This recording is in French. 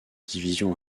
division